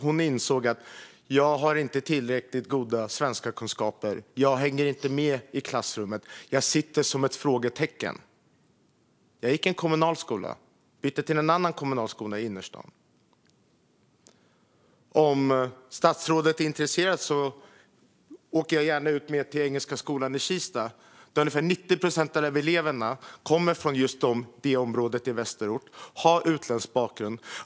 Hon insåg att jag inte hade tillräckligt goda svenskkunskaper och inte hängde med i klassrummet. Jag satt som ett frågetecken. Jag gick i en kommunal skola och bytte till en annan kommunal skola, som fanns i innerstaden. Om statsrådet är intresserad kan vi gärna åka ut till Engelska Skolan i Kista. Där kommer ungefär 90 procent av eleverna från just detta område i västerort och har utländsk bakgrund.